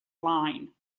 line